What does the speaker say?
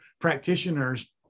practitioners